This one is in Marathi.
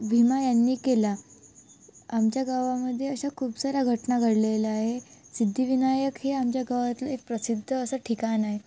भीमा यांनी केला आमच्या गावामध्ये अशा खूप साऱ्या घटना घडलेल्या आहे सिद्धिविनायक हे आमच्या गावातलं एक प्रसिद्ध असं ठिकाण आहे